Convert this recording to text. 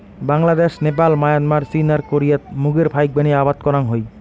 Bangladesh, Nepal, Myanmar, চীন আর কোরিয়াত মুগের ফাইকবানী আবাদ করাং হই